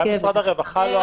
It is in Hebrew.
גם משרד הרווחה לא ערוך.